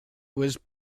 was